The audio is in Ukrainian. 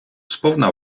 сповна